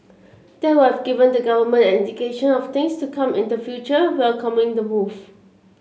that was given the Government an indication of things to come in the future welcoming the move